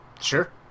Sure